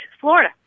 Florida